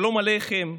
שלום עליכם,